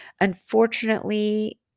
unfortunately